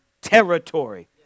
territory